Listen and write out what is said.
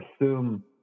assume